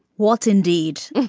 what indeed?